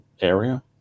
area